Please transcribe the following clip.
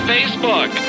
Facebook